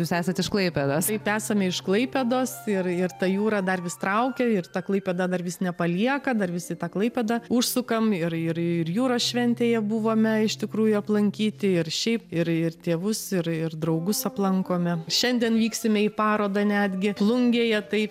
jūs esat iš klaipėdos taip esam iš klaipėdos ir ir ta jūra dar vis traukia ir ta klaipėda dar vis nepalieka dar visi tą klaipėdą užsukam ir ir jūros šventėje buvome iš tikrųjų aplankyti ir šiaip ir ir tėvus ir ir draugus aplankome šiandien vyksime į parodą netgi plungėje tai